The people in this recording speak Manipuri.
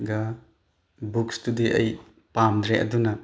ꯒ ꯕꯨꯛꯁꯇꯨꯗꯤ ꯑꯩ ꯄꯥꯝꯗ꯭ꯔꯦ ꯑꯗꯨꯅ